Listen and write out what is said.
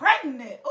pregnant